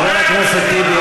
חבר הכנסת טיבי,